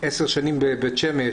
10 שנים בבית-שמש,